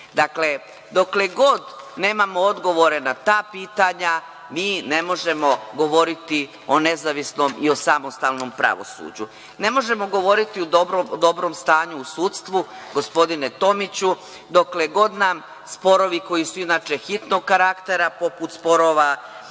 Srbiji? Dakle, dokle god nemamo odgovore na ta pitanja, mi ne možemo govoriti o nezavisnom i samostalnom pravosuđu. Ne možemo govoriti o dobrom stanju u sudstvu, gospodine Tomiću, dokle god nam sporovi koji su inače hitnog karaktera, poput radnih